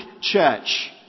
church